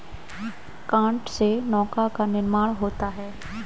काष्ठ से नौका का निर्माण होता है